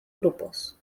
grupos